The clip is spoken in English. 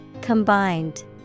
Combined